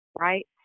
right